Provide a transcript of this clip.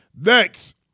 Next